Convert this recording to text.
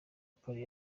polly